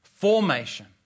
formation